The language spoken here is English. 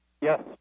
Yes